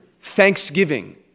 thanksgiving